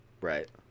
Right